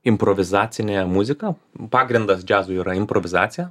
improvizacinė muzika pagrindas džiazo yra improvizacija